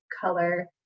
color